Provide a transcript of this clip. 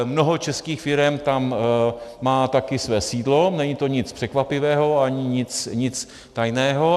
Mnoho českých firem tam má taky své sídlo, není to nic překvapivého ani nic tajného.